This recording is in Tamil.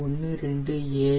185 0